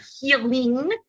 healing